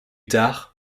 tard